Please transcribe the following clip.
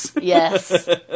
Yes